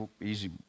easy